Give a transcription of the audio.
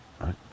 right